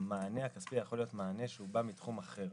המענה הכספי יכול להיות מענה שהוא בא מתחום אחר.